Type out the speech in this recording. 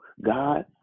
God